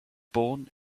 born